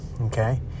okay